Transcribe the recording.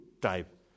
type